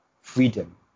freedom